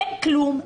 אין כלום,